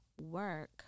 work